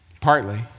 partly